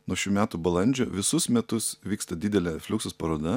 nuo šių metų balandžio visus metus vyksta didelė fliuksus paroda